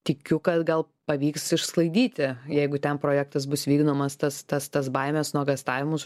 tikiu kad gal pavyks išsklaidyti jeigu ten projektas bus vykdomas tas tas tas baimes nuogąstavimus